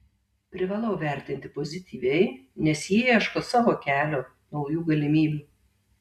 privalau vertinti pozityviai nes jie ieško savo kelio naujų galimybių